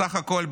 בסך הכול,